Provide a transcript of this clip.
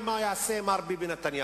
יש שני סוגים, יש אדומים ויש לבנים.